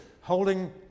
holding